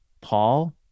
Paul